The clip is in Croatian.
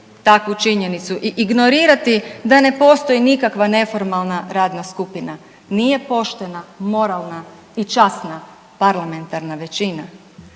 takvu činjenicu i ignorirati da ne postoji nikakva neformalna radna skupina, nije poštena, moralna i časna parlamentarna većina.